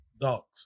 dogs